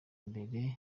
imbere